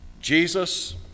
Jesus